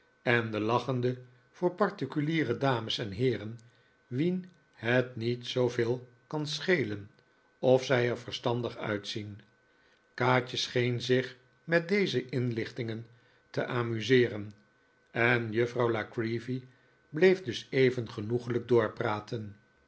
en de lachende voor particuliere dames en heeren wien het niet zooveel kan schelen of zij er verstandig uitzien kaatje scheen zich met deze inlichtingen te amuseeren en juffrouw la creevy bleef dus even genoeglijk